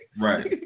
Right